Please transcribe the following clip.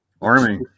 army